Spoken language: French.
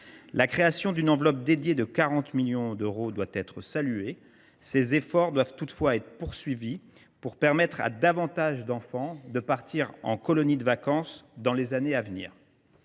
La création d’une enveloppe spécifique, de 40 millions d’euros, doit être saluée. Ces efforts doivent toutefois être poursuivis pour permettre à plus d’enfants de partir en colonies de vacances dans les années à venir.